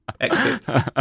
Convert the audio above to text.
exit